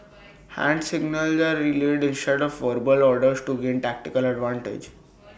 hand signals are relayed instead of verbal orders to gain tactical advantage